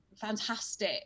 fantastic